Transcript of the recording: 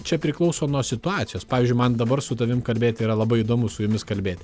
čia priklauso nuo situacijos pavyzdžiui man dabar su tavim kalbėti yra labai įdomu su jumis kalbėti